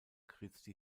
christi